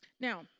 Now